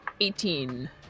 eighteen